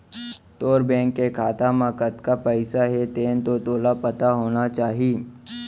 तोर बेंक के खाता म कतना पइसा हे तेन तो तोला पता होना चाही?